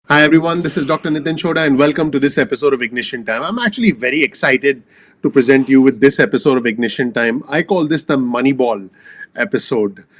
hi everyone, this is dr. nitin chhoda and welcome to this episode of ignition time. i'm actually very excited to present you with this episode of ignition time. i call this the moneyball episode.